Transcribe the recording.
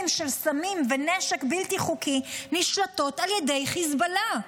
של סמים ונשק בלתי חוקי נשלטים על ידי חיזבאללה.